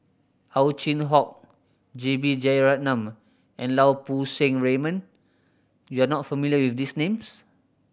Ow Chin Hock J B Jeyaretnam and Lau Poo Seng Raymond you are not familiar with these names